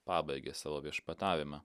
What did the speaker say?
pabaigė savo viešpatavimą